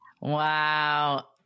Wow